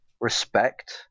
respect